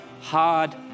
hard